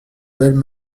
belles